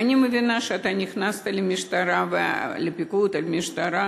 אני מבינה שאתה נכנסת לפיקוד על המשטרה